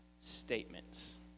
statements